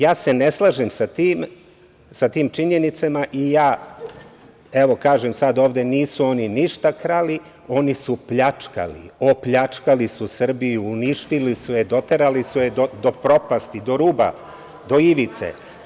Ja se ne slažem sa tim činjenicama i ja kažem sad ovde, nisu oni ništa krali, oni su pljačkali, opljačkali su Srbiju, uništili su je, doterali su je do propasti, do ruba, do ivice.